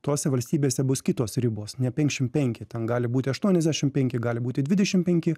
tose valstybėse bus kitos ribos ne penkiasdešim penki ten gali būti aštuoniasdešim penki gali būti dvidešim penki